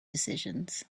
decisions